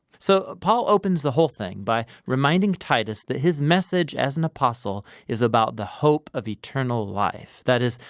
so paul opens the whole thing by reminding titus that his message as an apostle is about the hope of eternal life. that is,